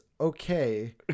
okay